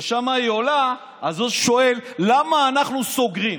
ושם היא עולה, אז הוא שואל למה אנחנו סוגרים.